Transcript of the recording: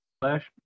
Flash